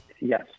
Yes